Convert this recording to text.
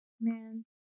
Man